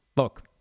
look